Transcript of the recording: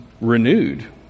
renewed